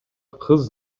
кыз